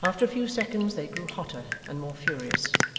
after a few seconds they grew hotter and more furious,